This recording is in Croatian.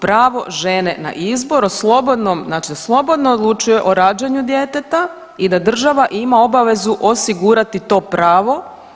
Pravo žene na izbor o slobodnom, znači da slobodno odlučuje o rađanju djeteta i da država ima obavezu osigurati to pravo.